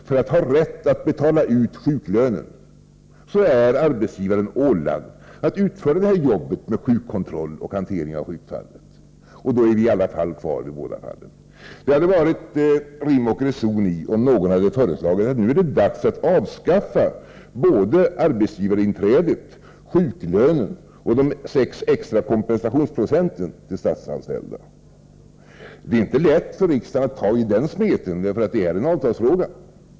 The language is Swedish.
För att ha rätt att betala ut sjuklönen är arbetsgivaren ålagd att utföra arbetet med sjukkontroll och hantering av sjukfallet. Då har vi i alla fall kvar de båda fallen. Det hade varit rim och reson i om någon hade föreslagit att nu är det dags att avskaffa både arbetsgivarinträdet, sjuklönen och de extra 6 kompensationsprocenten till statsanställda. Det är inte lätt för riksdagen att ta i den smeten, för det är en avtalsfråga.